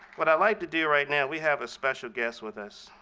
what i'd like to do right now, we have a special guest with us.